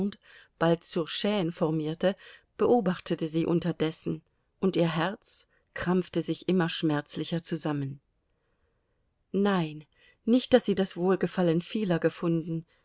bald zur chane formierte beobachtete sie unterdessen und ihr herz krampfte sich immer schmerzlicher zusammen nein nicht daß sie das wohlgefallen vieler gefunden